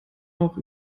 noch